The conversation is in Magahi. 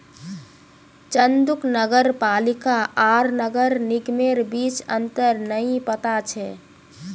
चंदूक नगर पालिका आर नगर निगमेर बीच अंतर नइ पता छ